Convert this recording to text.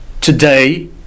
today